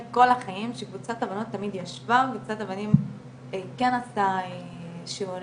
כל החיים שקבוצת הבנות --- קבוצת הבנים כן עשתה שיעורים,